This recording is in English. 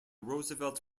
roosevelt